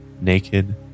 naked